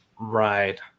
Right